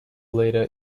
leader